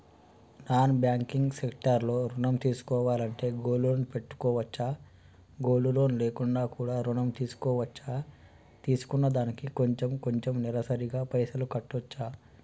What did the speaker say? Non banking sector లో ఋణం తీసుకోవాలంటే గోల్డ్ లోన్ పెట్టుకోవచ్చా? గోల్డ్ లోన్ లేకుండా కూడా ఋణం తీసుకోవచ్చా? తీసుకున్న దానికి కొంచెం కొంచెం నెలసరి గా పైసలు కట్టొచ్చా?